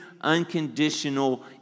unconditional